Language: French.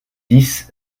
dix